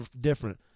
different